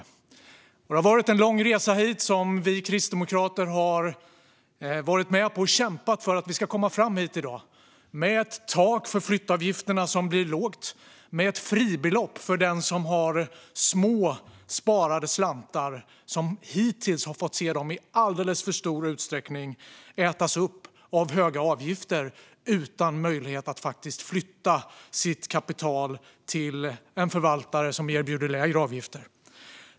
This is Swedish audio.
Resan hit har varit lång, och Kristdemokraterna har kämpat för att nå fram till ett lågt tak för flyttavgifter och ett fribelopp för den som har små sparslantar och hittills i alldeles för stor utsträckning fått se dem ätas upp av höga avgifter utan möjlighet att flytta sitt kapital till en förvaltare som erbjuder lägre avgifter.